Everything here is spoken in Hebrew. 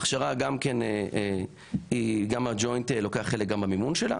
הכשרה שגם הג'וינט לוקח חלק במימון שלה,